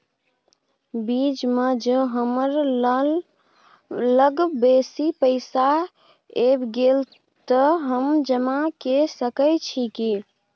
बीच म ज हमरा लग बेसी पैसा ऐब गेले त हम जमा के सके छिए की?